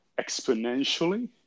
exponentially